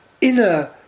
inner